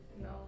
No